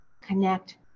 connect